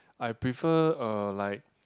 I prefer uh like